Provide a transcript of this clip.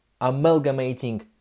amalgamating